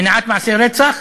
מניעת מעשי רצח,